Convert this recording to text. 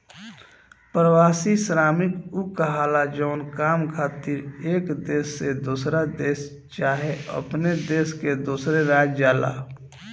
प्रवासी श्रमिक उ कहाला जवन काम खातिर एक देश से दोसर देश चाहे अपने देश में दोसर राज्य जाला